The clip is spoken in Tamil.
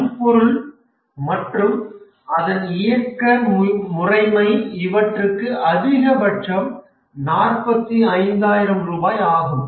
வன்பொருள் மற்றும் அதன் இயக்க முறைமை இவற்றுக்கு அதிகபட்சம் 45௦௦௦ ரூபாய் ஆகும்